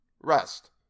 Rest